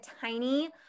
tiny